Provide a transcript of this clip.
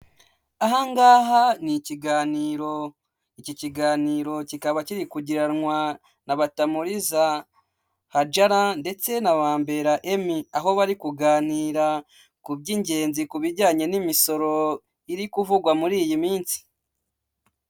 Ahangaha ni ikiganiro, iki kiganiro kikaba kiri kugiranwa na Batamuriza Hajara, ndetse na Bambera Emmy. Aho bari kuganira ku by'ingenzi, ku bijyanye n'imisoro iri kuvugwa muri iyi minsi.